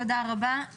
תודה רבה.